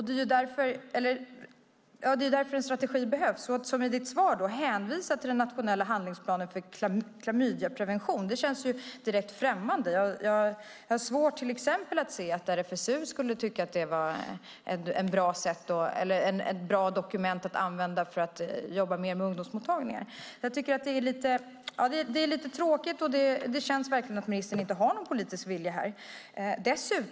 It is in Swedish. Det är därför en strategi behövs. Att, som i ditt svar, hänvisa till den nationella handlingsplanen för klamydiaprevention känns direkt främmande. Jag har till exempel svårt att se att RFSU skulle tycka att det är ett bra dokument att använda för att jobba mer med ungdomsmottagningar. Jag tycker att det är lite tråkigt, och det känns verkligen att ministern inte har någon politisk vilja här.